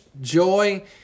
joy